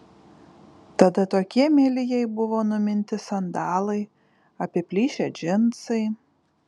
tada tokie mieli jai buvo numinti sandalai apiplyšę džinsai